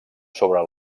sobre